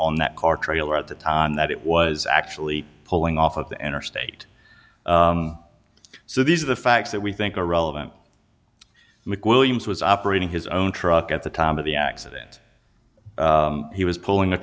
on that car trailer at the time that it was actually pulling off of the interstate so these are the facts that we think are relevant mcwilliams was operating his own truck at the time of the accident he was pulling a